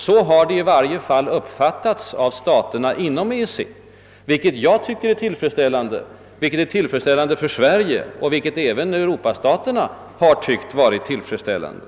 Så har saken i varje fall uppfattats av staterna inom EEC, vilket jag tycker är tillfredsställande för Sverige och vilket även Europastaterna har funnit tillfredsställande.